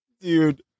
dude